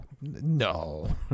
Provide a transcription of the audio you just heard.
No